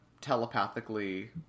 telepathically